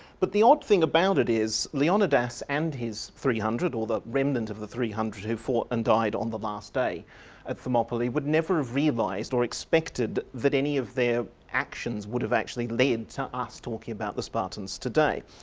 but the odd thing about it is leonidas and his three hundred, or the remnant of the three hundred who fought and died on the last day at thermopylae would never have realised or expected that any of their actions would have actually led to us talking about the spartans today.